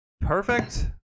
Perfect